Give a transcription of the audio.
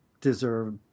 deserve